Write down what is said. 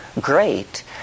great